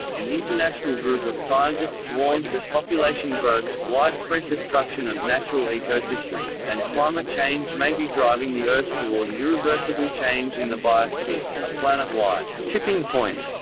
an international group of scientists warns that population growth, widespread destruction of natural ecosystems, and climate change may be driving the earth toward an irreversible change in the biosphere a planet-wide tipping point.